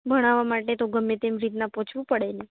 ભણાવવા માટે તો ગમે તેમ રીતના પહોંચવું પડેને